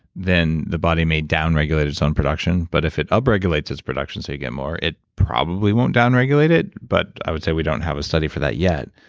then the body may down-regulate its own production, but if it upregulates its production so you get more, it probably won't down-regulate it. but i would say we don't have a study for that yet.